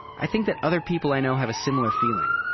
i think that other people i know have a similar feeling.